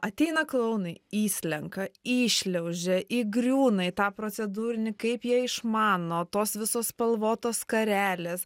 ateina klounai įslenka įšliaužia įgriūna į tą procedūrinį kaip jie išmano tos visos spalvotos skarelės